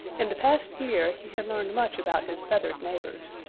in the past year he had learned much about his feathered neighbors,